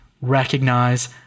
recognize